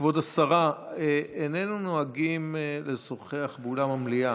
כבוד השרה, איננו נוהגים לשוחח באולם המליאה.